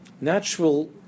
natural